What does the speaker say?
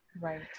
right